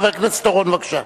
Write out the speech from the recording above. חבר הכנסת אורון, בבקשה.